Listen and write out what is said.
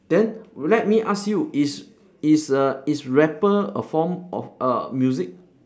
then let me ask you is is a is rapper a form of a music